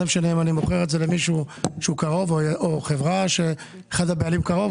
אם אני מוכר את זה למישהו שהוא קרוב או חברה שאחד הבעלים קרוב,